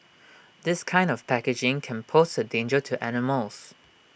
this kind of packaging can pose A danger to animals